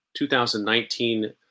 2019